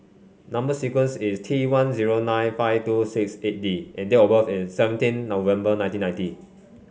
number sequence is T one zero nine five two six eight D and date of birth is seventeen November nineteen ninety